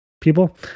people